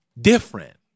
different